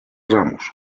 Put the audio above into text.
ramos